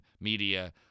media